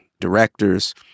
directors